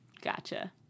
gotcha